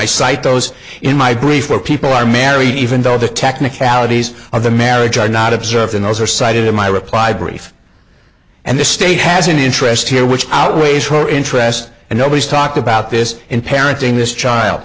cite those in my brief where people are married even though the technicalities of the marriage are not observed in those are cited in my reply brief and the state has an interest here which outweighs her interest and nobody's talked about this in parenting this child